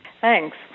Thanks